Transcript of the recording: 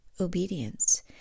obedience